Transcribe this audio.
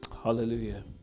Hallelujah